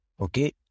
okay